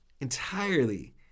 entirely